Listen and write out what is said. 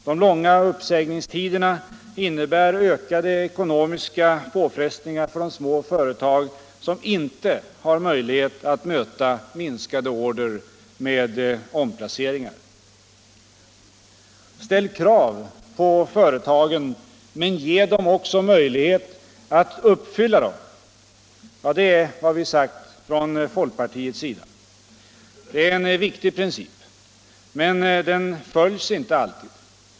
De långa uppsägningstiderna innebär ökade ekonomiska påfrestningar för de små företag som inte har möjlighet att möta minskade order med omplaceringar. ”Ställ krav på företagen — men ge dem också möjlighet att uppfylla dem.” Det är vad vi sagt från folkpartiets sida. Det är en viktig princip, men den följs inte alltid.